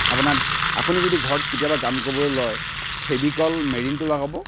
আপোনাৰ আপুনি যদি ঘৰত কেতিয়াবা কাম কৰিবলৈ লয় ফেভিকল মেৰিনটো লগাব